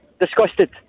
Disgusted